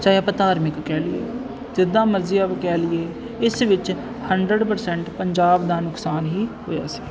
ਚਾਹੇ ਆਪਾਂ ਧਾਰਮਿਕ ਕਹਿ ਲਈਏ ਜਿੱਦਾਂ ਮਰਜ਼ੀ ਆਪਾਂ ਕਹਿ ਲਈਏ ਇਸ ਵਿੱਚ ਹੰਡਰਡ ਪਰਸੈਂਟ ਪੰਜਾਬ ਦਾ ਨੁਕਸਾਨ ਹੀ ਹੋਇਆ ਸੀ